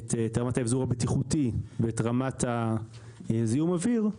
את רמת האבזור הבטיחותי ואת רמת זיהום האוויר,